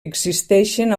existeixen